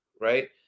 Right